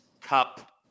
cup